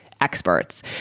experts